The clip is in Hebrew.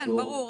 כן, ברור.